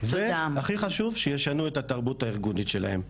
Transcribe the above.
והכי חשוב שישנו את התרבות הארגונית שלהם.